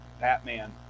Batman